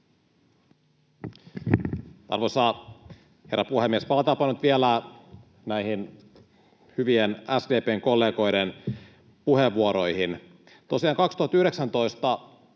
herra puhemies! Palataanpa nyt vielä näihin hyvien SDP:n kollegoiden puheenvuoroihin.